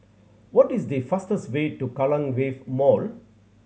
what is the fastest way to Kallang Wave Mall